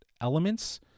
elements